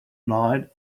night